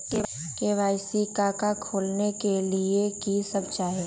KYC का का खोलने के लिए कि सब चाहिए?